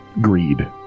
Greed